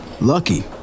Lucky